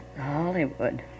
hollywood